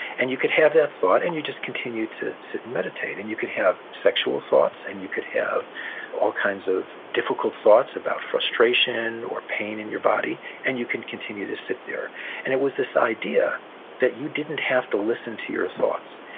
and you could have that thought, and you just continue to sit and meditate. and you could have sexual thoughts, and you could have all kinds of difficult thoughts about frustration or pain in your body, and you can continue to sit there and it was this idea that you didn't have to listen to your thoughts,